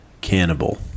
cannibal